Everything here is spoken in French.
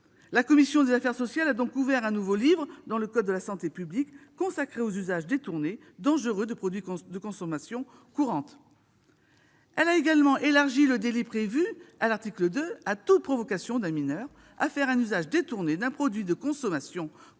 La commission des affaires sociales a donc ouvert un nouveau livre dans le code de la santé publique consacré aux usages détournés dangereux de produits de consommation courante. Très bien ! Elle a également élargi le délit prévu à l'article 2 à toute provocation d'un mineur à faire un usage détourné d'un produit de consommation courante